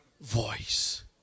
voice